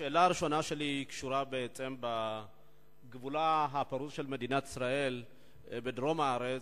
השאלה הראשונה שלי קשורה בעצם בגבולה הפרוץ של מדינת ישראל בדרום הארץ,